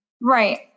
Right